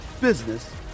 business